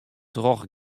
troch